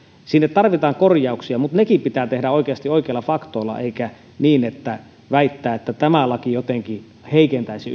sinne tarvitaan korjauksia mutta nekin pitää tehdä oikeasti oikeilla faktoilla eikä niin että väittää että tämä laki jotenkin heikentäisi